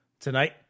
Tonight